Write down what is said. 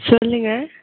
சொல்லுங்க